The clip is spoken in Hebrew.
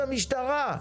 המשטרה,